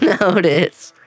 notice